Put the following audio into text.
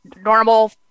normal